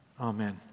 amen